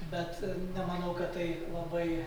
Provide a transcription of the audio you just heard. bet nemanau kad tai labai